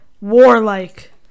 Warlike